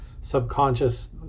subconscious